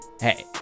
Hey